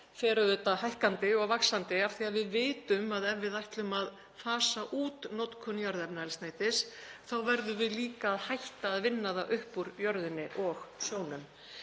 fer auðvitað hækkandi og vaxandi, af því að við vitum að ef við ætlum að fasa út notkun jarðefnaeldsneytis þá verðum við líka að hætta að vinna það upp úr jörðinni og sjónum.